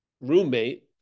roommate